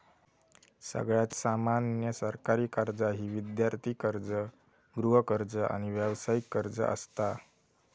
सगळ्यात सामान्य सरकारी कर्जा ही विद्यार्थी कर्ज, गृहकर्ज, आणि व्यावसायिक कर्ज असता